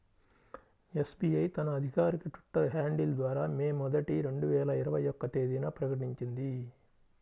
SBI తన అధికారిక Twitter handle ద్వారా మే మొదటి, రెండు వేల ఇరవై ఒక్క తేదీన ప్రకటించింది